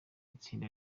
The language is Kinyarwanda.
itsinda